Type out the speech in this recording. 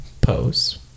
pose